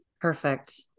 Perfect